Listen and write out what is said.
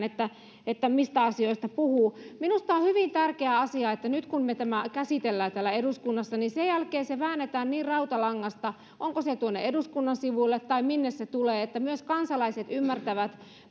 mistä asioista puhuu minusta on hyvin tärkeä asia että nyt kun me tämän käsittelemme täällä eduskunnassa niin sen jälkeen se väännetään niin rautalangasta onko se tuonne eduskunnan sivuille tai minne se tulee että myös kansalaiset ymmärtävät